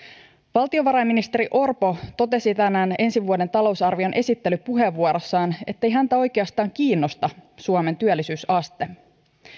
valtiovarainministeri orpo totesi tänään ensi vuoden talousarvion esittelypuheenvuorossaan ettei häntä oikeastaan kiinnosta suomen työllisyysaste